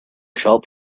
shop